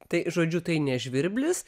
tai žodžiu tai ne žvirblis